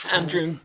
Andrew